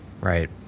right